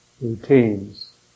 routines